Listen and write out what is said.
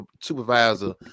supervisor